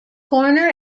corner